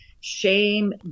shame